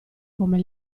come